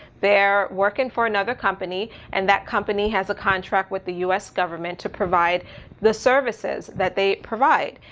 they're working for another company, and that company has a contract with the u s government to provide the services that they provide.